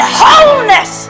wholeness